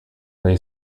lay